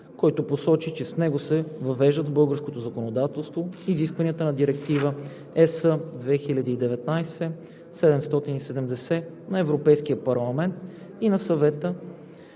който посочи, че с него се въвеждат в българското законодателство изискванията на Директива (ЕС) 2019/770 на Европейския парламент и на Съвета